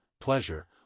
pleasure